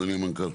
אדוני המנכ"ל.